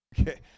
Okay